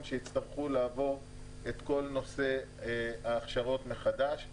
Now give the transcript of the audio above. שיצטרכו לעבור את כל נושא ההכשרות מחדש.